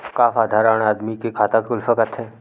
का साधारण आदमी के खाता खुल सकत हे?